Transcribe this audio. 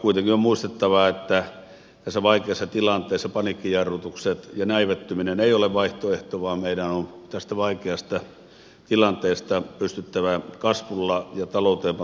kuitenkin on muistettava että tässä vaikeassa tilanteessa paniikkijarrutukset ja näivettyminen eivät ole vaihtoehto vaan meidän on tästä vaikeasta tilanteesta pystyttävä kasvulla ja talouteen panostamisella myös selviytymään